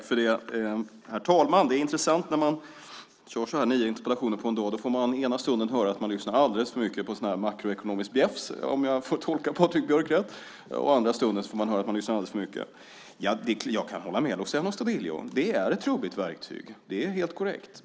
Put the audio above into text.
Herr talman! Det är intressant när man kör nio interpellationer på en dag. Då får man ena stunden höra att man lyssnar alldeles för mycket på makroekonomiskt bjäfs - om jag tolkar Patrik Björck rätt - och andra stunden får man höra att man lyssnar alldeles för lite. Jag kan hålla med Luciano Astudillo. Det är ett trubbigt verktyg. Det är helt korrekt.